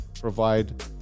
provide